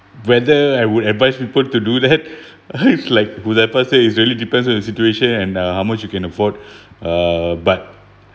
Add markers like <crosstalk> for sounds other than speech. whether I would advise people to do that <noise> like huzaifal say is really depends on the situation and uh how much you can afford uh but